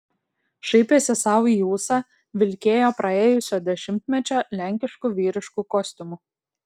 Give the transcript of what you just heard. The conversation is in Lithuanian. šaipėsi sau į ūsą vilkėjo praėjusio dešimtmečio lenkišku vyrišku kostiumu